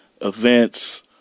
events